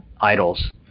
idols